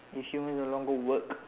if human no longer work